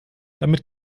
damit